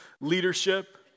leadership